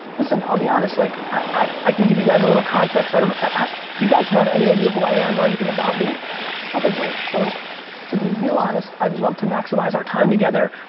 listen, i'll be honest, like i i can give you guys a little context, i don't know, do you guys have any idea who i am, or anything about me? yes. okay, great, so to be real honest, i'd love to maximize our time together,